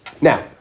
Now